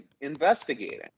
investigating